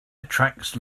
attracts